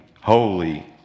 holy